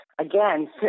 again